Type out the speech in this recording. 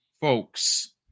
folks